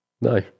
no